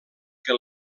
que